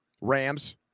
Rams